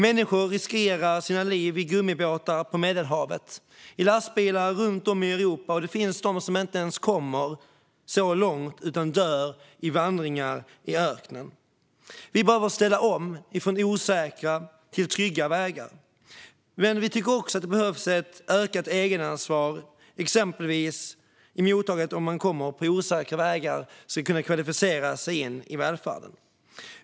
Människor riskerar sina liv i gummibåtar på Medelhavet och på lastbilar runt om i Europa, och det finns de som inte ens kommer så långt utan dör under vandringar i öknen. Vi behöver ställa om från osäkra till trygga vägar. Men vi tycker också att det behövs ett ökat egenansvar i exempelvis mottagandet av den som kommer på osäkra vägar och ska kunna kvalificera sig in i välfärden.